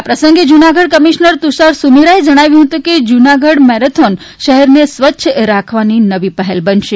આ પ્રસંગે જૂનાગઢ કમિશનર તુષાર સુમેરાએ જણાવ્યું કે જૂનાગઢ મેરેથોન શહેરને સ્વચ્છ રાખવાની નવી પહેલ બનશે